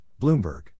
Bloomberg